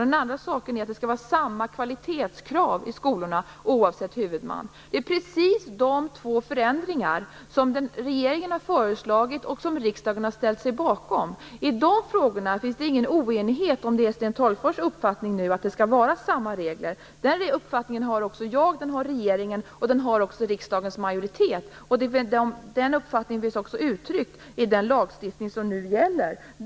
Den andra är att det skall vara samma kvalitetskrav i skolorna oavsett huvudman. Det är precis de två förändringar som regeringen har föreslagit och som riksdagen har ställt sig bakom. Det råder ingen oenighet om det nu är Sten Tolgfors uppfattning att det skall vara samma regler. Den uppfattningen har också jag, och den har regeringen och riksdagens majoritet. Den finns också uttryckt i den lagstiftning som nu gäller.